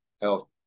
health